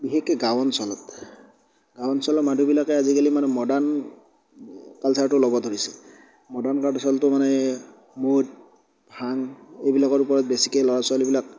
বিশেষকৈ গাওঁ অঞ্চলত গাওঁ অঞ্চলৰ মানুহবিলাকে আজি কালি মানে মডাৰ্ন কালচাৰটো ল'ব ধৰিছে মডাৰ্ন কালচাৰটো মানে মদ ভাঙ এইবিলাকৰ ওপৰত বেছিকৈ ল'ৰা ছোৱালীবিলাক